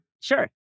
Sure